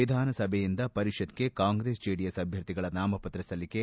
ವಿಧಾನಸಭೆಯಿಂದ ಪರಿಷತ್ಗ ಕಾಂಗ್ರೆಸ್ ಜೆಡಿಎಸ್ ಅಭ್ಯರ್ಥಿಗಳ ನಾಮಪತ್ರ ಸಲ್ಲಿಕೆ